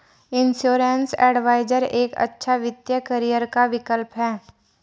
insurance adviser एक अच्छा वित्तीय करियर का विकल्प है